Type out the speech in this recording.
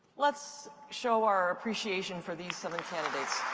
let's show our appreciation for these seven candidates.